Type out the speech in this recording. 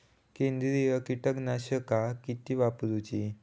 सेंद्रिय कीटकनाशका किती वापरूची?